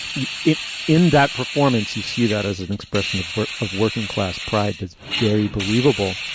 eat it in that performance. you see that as an expression of work, of working class pride. that's very believable.